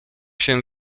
się